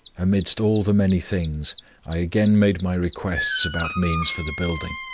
amidst all the many things i again made my requests about means for the building.